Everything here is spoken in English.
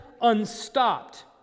unstopped